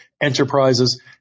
enterprises